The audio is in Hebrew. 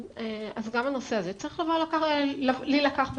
אז גם הנושא הזה צריך להילקח בחשבון.